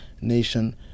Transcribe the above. nation